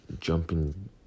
jumping